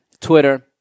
Twitter